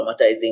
traumatizing